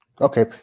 Okay